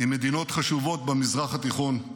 עם מדינות חשובות במזרח התיכון.